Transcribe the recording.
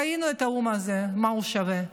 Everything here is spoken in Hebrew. ראינו את האו"ם הזה, מה הוא שווה.